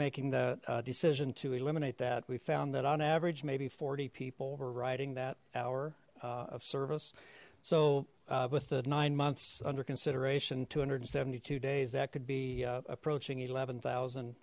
making that decision to eliminate that we found that on average maybe forty people were writing that hour of service so with the nine months under consideration two hundred and seventy two days that could be approaching eleven